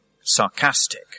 sarcastic